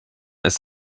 ist